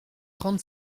trente